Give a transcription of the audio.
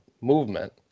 movement